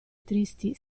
tristi